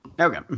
Okay